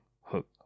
hook